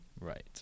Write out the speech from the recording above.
Right